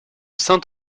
saint